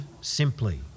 simply